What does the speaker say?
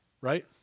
right